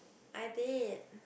I did